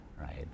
Right